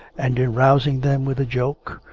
and in rousing them with a joke,